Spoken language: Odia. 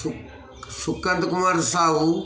ସୁ ସୁକାନ୍ତ କୁମର ସାହୁ